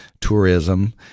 tourism